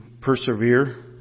persevere